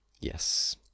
Yes